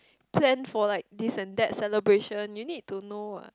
plan for like this and that celebration you need to know what